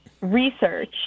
research